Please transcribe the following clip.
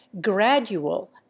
gradual